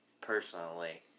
personally